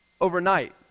overnight